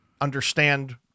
understand